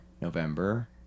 november